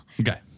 Okay